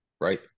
right